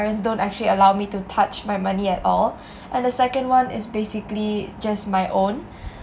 parents don't actually allow me to touch my money at all and the second one is basically just my own